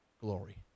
glory